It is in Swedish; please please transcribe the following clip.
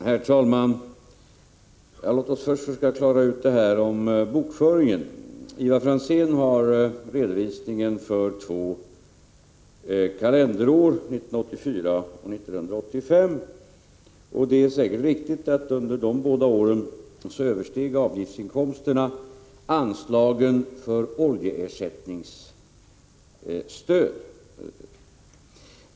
Herr talman! Låt oss först försöka klara ut bokföringen. Ivar Franzén har redovisningen för två kalenderår, 1984 och 1985. Det är säkert riktigt att avgiftsinkomsterna under de båda åren översteg anslagen för oljeersättande åtgärder.